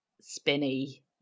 spinny